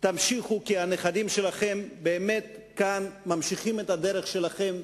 כי הנכדים שלכם באמת כאן ממשיכים את הדרך שלכם,